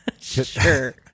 Sure